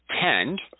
tend